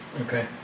Okay